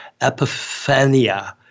Epiphania